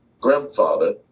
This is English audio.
Grandfather